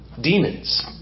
Demons